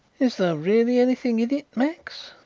is there really anything in it, max?